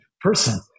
person